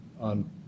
on